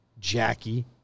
Jackie